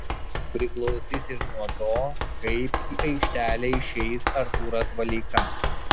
priklausys ir nuo to kaip į aikštelę išeis artūras valeika